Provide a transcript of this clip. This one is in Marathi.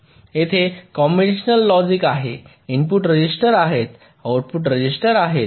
येथे कॉम्बिनेशनल लॉजिक आहे इनपुट रजिस्टर आहे आउटपुट रजिस्टर आहे